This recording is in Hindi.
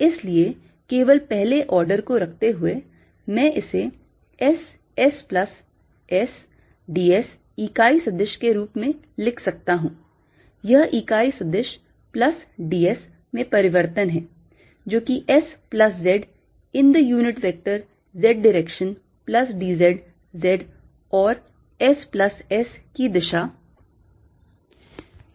इसलिए केवल पहले आर्डर को रखते हुए मैं इसे S S plus S d s इकाई सदिश के रूप में लिख सकता हूं यह इकाई सदिश plus d s में परिवर्तन है जो कि S plus Z in the unit vector Z direction plus d z Z और S plus S की दिशा